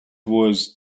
was